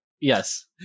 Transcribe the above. Yes